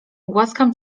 głaskam